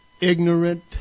ignorant